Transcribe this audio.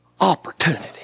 opportunity